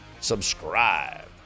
subscribe